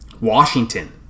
Washington